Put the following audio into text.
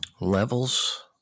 levels